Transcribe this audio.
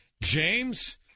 James